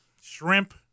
shrimp